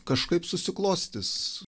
kažkaip susiklostys